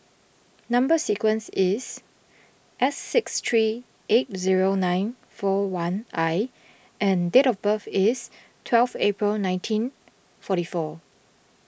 Number Sequence is S six three eight zero nine four one I and date of birth is twelve April nineteen forty four